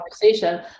conversation